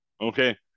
okay